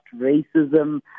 racism